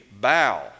bow